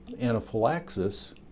anaphylaxis